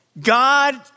God